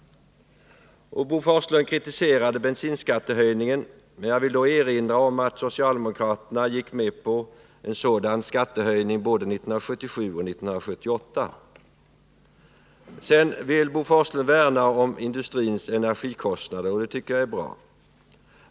Bo Forslund kritiserade bensinskattehöjningen. Jag vill då erinra om att socialdemokraterna gick med på en sådan skattehöjning både 1977 och 1978. Bo Forslund vill hålla industrins energikostnader nere, och det tycker jag är bra.